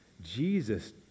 Jesus